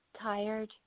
tired